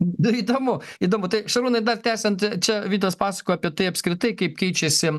dar įdomu įdomu tai šarūnai dar tęsiant čia vydas pasakojo apie tai apskritai kaip keičiasi